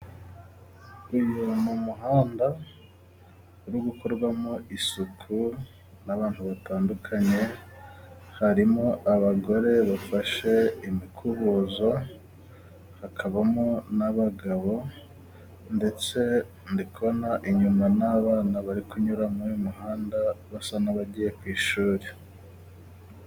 Uyu ni umuhanda uri gukorwamo isuku n'abantu batandukanye harimo abagore bafashe imikubuzo, hakabamo n'abagabo ndetse ndikubona inyuma n'abana bari kunyura mw'uyu muhanda basa n'abagiye ku ishuri.